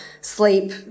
sleep